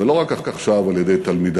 ולא רק עכשיו על-ידי תלמידיו,